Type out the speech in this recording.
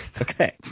Okay